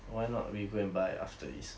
why not we go and buy after this